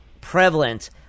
prevalent